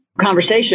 conversation